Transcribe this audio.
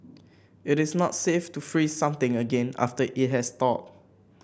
it is not safe to freeze something again after it has thawed